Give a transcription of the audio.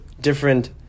different